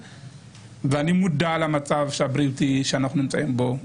ואני מודע למצב הבריאותי שאנחנו נמצאים בו,